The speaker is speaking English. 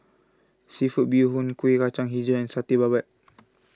Seafood Bee Hoon Kueh Kacang HiJau and Satay Babat